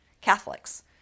Catholics